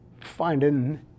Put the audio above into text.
finding